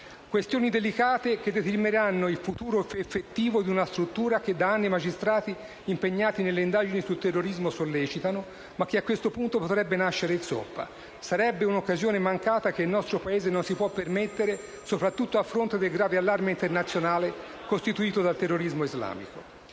Questioni delicate, che determineranno il futuro effettivo di una struttura che da anni i magistrati impegnati nelle indagini sul terrorismo sollecitano, ma che a questo punto potrebbe nascere zoppa. Sarebbe un'occasione mancata che il nostro Paese non si può permettere, soprattutto a fronte del grave allarme internazionale costituito dal terrorismo islamico.